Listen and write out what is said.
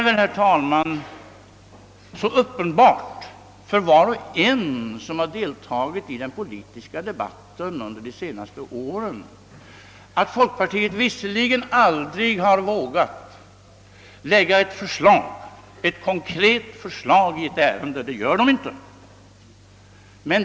Var och en som deltagit i den politiska debatten under senare år torde nämligen ha konstaterat att man i folkpartiet aldrig har vågat lägga ett konkret förslag i något ärende. Det gör man inte i folkpartiet.